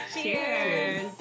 Cheers